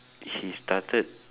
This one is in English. he started